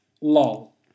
Lol